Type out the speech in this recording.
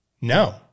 No